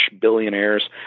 billionaires